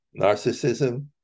narcissism